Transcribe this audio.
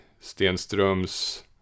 Stenströms